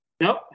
Nope